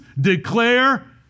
declare